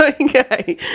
Okay